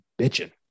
bitching